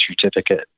certificate